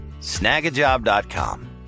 Snagajob.com